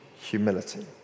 humility